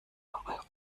war